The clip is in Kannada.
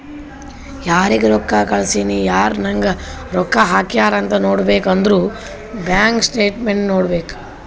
ಯಾರಿಗ್ ರೊಕ್ಕಾ ಕಳ್ಸಿನಿ, ಯಾರ್ ನಂಗ್ ರೊಕ್ಕಾ ಹಾಕ್ಯಾರ್ ಅಂತ್ ನೋಡ್ಬೇಕ್ ಅಂದುರ್ ಬ್ಯಾಂಕ್ ಸ್ಟೇಟ್ಮೆಂಟ್ ನೋಡ್ಬೇಕ್